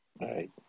right